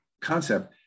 concept